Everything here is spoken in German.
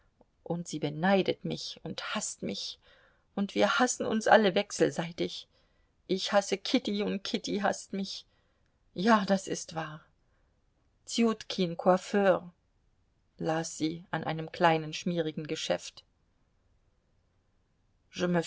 und sie beneidet mich und haßt mich und wir hassen uns alle wechselseitig ich hasse kitty und kitty haßt mich ja das ist wahr tjutkin coiffeur las sie an einem kleinen schmierigen geschäft